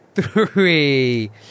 Three